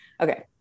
okay